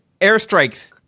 airstrikes